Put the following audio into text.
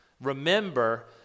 Remember